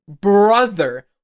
brother